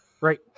Right